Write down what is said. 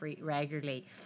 regularly